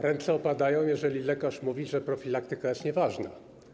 Ręce opadają, jak lekarz mówi, że profilaktyka jest nieważna.